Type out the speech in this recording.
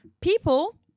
People